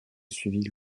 suivi